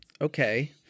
Okay